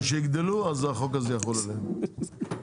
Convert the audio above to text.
כשיגדלו החוק הזה יחול עליהן.